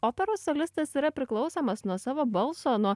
operos solistas yra priklausomas nuo savo balso nuo